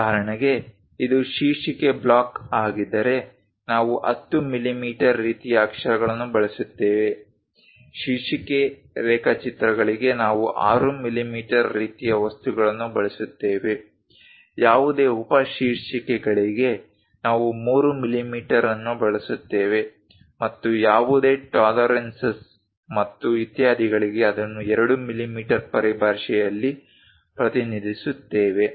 ಉದಾಹರಣೆಗೆ ಇದು ಶೀರ್ಷಿಕೆ ಬ್ಲಾಕ್ ಆಗಿದ್ದರೆ ನಾವು 10 ಮಿಲಿಮೀಟರ್ ರೀತಿಯ ಅಕ್ಷರಗಳನ್ನು ಬಳಸುತ್ತೇವೆ ಶೀರ್ಷಿಕೆ ರೇಖಾಚಿತ್ರಗಳಿಗೆ ನಾವು 6 ಮಿಲಿಮೀಟರ್ ರೀತಿಯ ವಸ್ತುಗಳನ್ನು ಬಳಸುತ್ತೇವೆ ಯಾವುದೇ ಉಪಶೀರ್ಷಿಕೆಗಳಿಗೆ ನಾವು 3 ಮಿಲಿಮೀಟರ್ ಅನ್ನು ಬಳಸುತ್ತೇವೆ ಮತ್ತು ಯಾವುದೇ ಟಾಲರೆನ್ಸಸ್ ಮತ್ತು ಇತ್ಯಾದಿಗಳಿಗೆ ಅದನ್ನು 2 ಮಿಲಿಮೀಟರ್ ಪರಿಭಾಷೆಯಲ್ಲಿ ಪ್ರತಿನಿಧಿಸುತ್ತೇವೆ